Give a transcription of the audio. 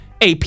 AP